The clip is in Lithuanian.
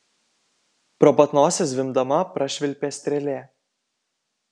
pro pat nosį zvimbdama prašvilpė strėlė